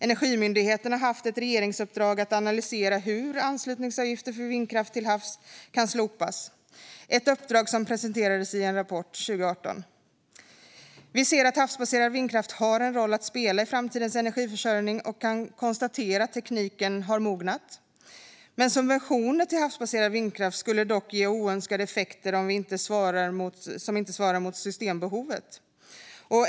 Energimyndigheten har haft ett regeringsuppdrag att analysera hur anslutningsavgifter för vindkraft till havs kan slopas, ett uppdrag som presenterades i en rapport 2018. Vi ser att havsbaserad vindkraft har en roll att spela i framtidens energiförsörjning och kan konstatera att tekniken har mognat. Men subventioner till havsbaserad vindkraft skulle ge oönskade effekter som inte svarar mot systembehovet.